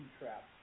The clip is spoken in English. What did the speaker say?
traps